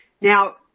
Now